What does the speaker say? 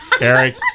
Eric